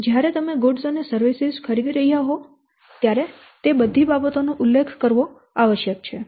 તેથી જ્યારે તમે માલ અને સેવાઓ ખરીદી રહ્યા હો ત્યારે તે બધી બાબતો નો ઉલ્લેખ કરવો આવશ્યક છે